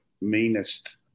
meanest